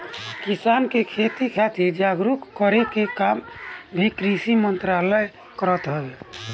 किसान के खेती खातिर जागरूक करे के काम भी कृषि मंत्रालय करत हवे